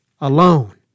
alone